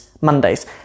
Mondays